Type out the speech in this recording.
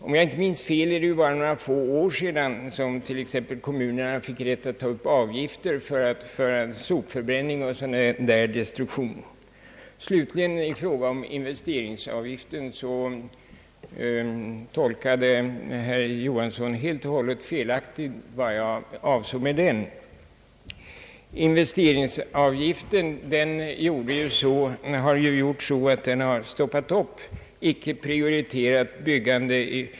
Om jag inte minns fel är det bara några få år sedan som t.ex. kommunerna fick rätt att ta upp avgifter för sopförbränning och annan destruktion. Slutligen några ord om investeringsavgiften. Herr Knut Johansson tolkade min uppfattning om investeringsavgiften helt och hållet fel. Investeringsavgiften har stoppat upp icke prioriterat byggande.